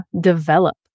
develop